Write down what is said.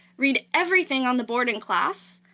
read everything on the board in class,